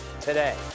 today